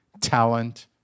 talent